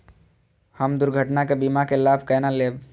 हम दुर्घटना के बीमा के लाभ केना लैब?